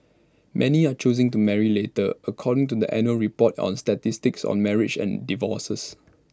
many are choosing to marry later according to the annual report on statistics on marriages and divorces